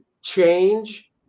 change